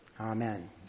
Amen